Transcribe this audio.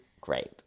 great